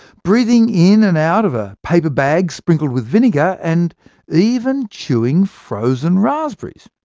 breathing in and out of a paper bag sprinkled with vinegar, and even chewing frozen raspberries.